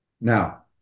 Now